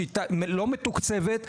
שהיא לא מתוקצבת,